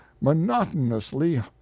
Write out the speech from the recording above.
monotonously